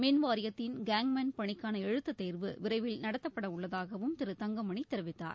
மின்வாரியத்தின் gangman பணிக்கான எழுத்துத் தேர்வு விரைவில் நடத்தப்படவுள்ளதாகவும் திரு தங்கமணி தெரிவித்தார்